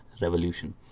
revolution